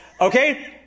okay